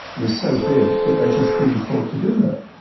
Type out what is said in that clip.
was so big that they just couldn't afford to do that.